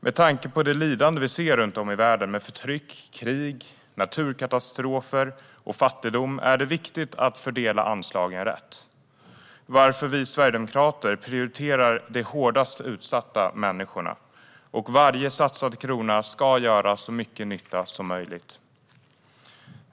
Med tanke på det lidande vi ser runt om i världen med förtryck, krig, naturkatastrofer och fattigdom är det viktigt att fördela anslagen rätt, varför vi sverigedemokrater prioriterar de hårdast utsatta människorna. Och varje satsad krona ska göra så mycket nytta som möjligt.